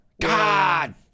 God